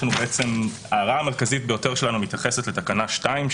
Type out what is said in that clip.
ההערה המרכזית ביותר שלנו מתייחסת לתקנה 2,